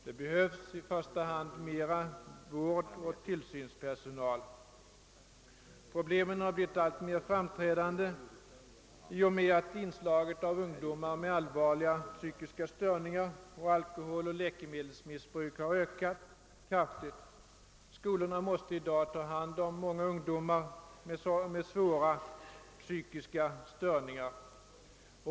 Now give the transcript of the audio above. Det behövs i första hand mer vårdoch tillsynspersonal. Problemen har blivit alltmer framträdande i och med att inslaget av ungdomar med allvarliga psykiska störningar och av alkoholoch läkemedelsmissbrukare har ökat kraftigt. Skolorna måste i dag ta hand om många ungdomar med svåra psykiska störningar.